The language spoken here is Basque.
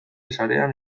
sarean